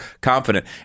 confident